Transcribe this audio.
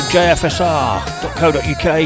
jfsr.co.uk